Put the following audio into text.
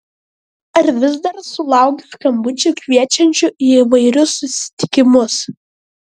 ar vis dar sulauki skambučių kviečiančių į įvairius susitikimus